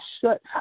shut